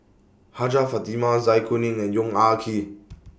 Hajjah Fatimah Zai Kuning and Yong Ah Kee